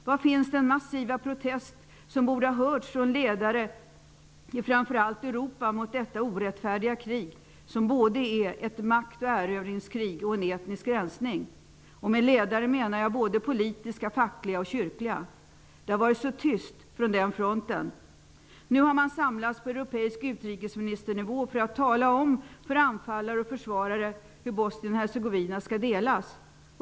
Var finns den massiva protest som borde ha hörts från ledare i framför allt Europa mot detta orättfärdiga krig, som både är ett maktoch erövringskrig och en etnisk rensning? Med ledare menar jag både politiska, fackliga och kyrkliga. Det har varit så tyst från den fronten. Nu har man samlats på europeisk utrikesministernivå för att tala om för anfallare och försvarare hur Bosnien-Hercegovina skall delas.